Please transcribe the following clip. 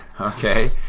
okay